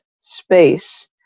space